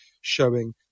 showing